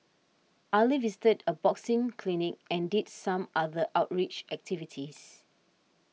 Ali visited a boxing clinic and did some other outreach activities